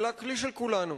אלא כלי של כולנו.